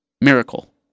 Miracle